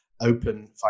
open